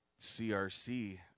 crc